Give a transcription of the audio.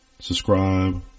Subscribe